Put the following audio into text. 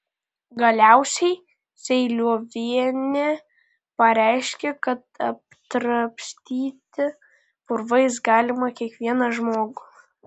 galiausiai seiliuvienė pareiškė kad apdrabstyti purvais galima kiekvieną žmogų